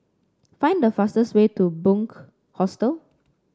find the fastest way to Bunc Hostel